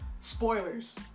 spoilers